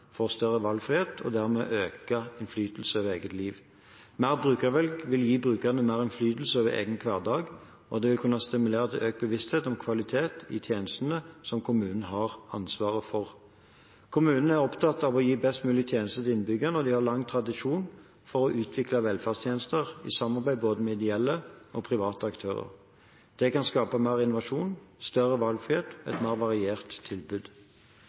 får større valgfrihet og dermed økt innflytelse over egne liv. Mer brukervalg vil gi brukerne mer innflytelse over egen hverdag, og det vil kunne stimulere til økt bevissthet om kvalitet i tjenestene som kommunen har ansvar for. Kommunene er opptatt av å gi best mulig tjenester til innbyggerne, og de har lang tradisjon for å utvikle velferdstjenester i samarbeid med både ideelle og private aktører. Det kan skape mer innovasjon, større valgfrihet og et mer variert tilbud.